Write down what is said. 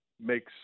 makes